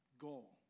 goal